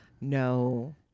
no